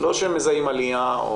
לא שמזהים עלייה,